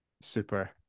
super